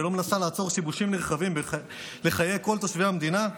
ולא מנסה לעצור שיבושים נרחבים בחיי כל תושבי המדינה?